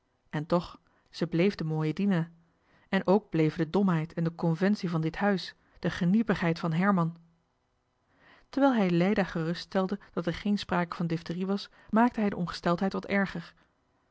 en toch ze bleef de mooie dina en ook bleven de domheid en de conventie van dit huis de geniepigheid van herman terwijl hij leida geruststelde dat er geen sprake van diphterie was maakte hij de ongesteldheid wat erger